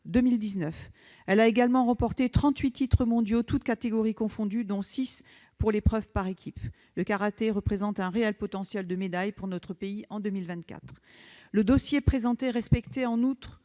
2019. Elle a également remporté 38 titres mondiaux, toutes catégories confondues, dont 6 pour l'épreuve par équipe. Le karaté représente un réel potentiel de médailles pour notre pays en 2024. Le dossier présenté respectait en outre